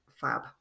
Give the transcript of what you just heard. fab